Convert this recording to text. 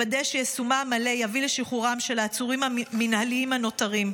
לוודא שיישומה המלא יביא לשחרורם של העצורים המינהליים הנותרים.